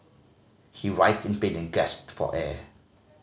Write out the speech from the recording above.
he writhed in pain and gasped for air